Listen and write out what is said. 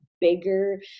bigger